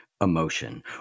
emotion